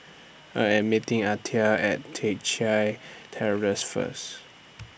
I Am meeting Altha At Teck Chye Terrace First